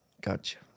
Gotcha